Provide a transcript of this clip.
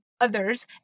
others